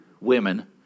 women